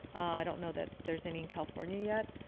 i don't know that there's any in california yet.